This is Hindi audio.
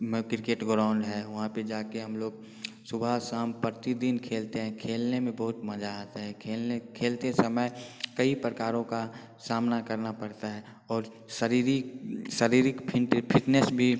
में क्रिकेट ग्राउंड है वहाँ पर जा के हम लोग सुबह शाम प्रतिदिन खेलते हैं खेलने में बहुत मज़ा आता है खेलने खेलते समय कई प्रकार का सामना करना पड़ता है और शारीरिक शारीरिक फिटनेस भी